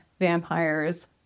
vampires